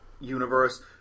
universe